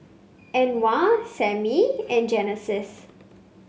Anwar Sammie and Genesis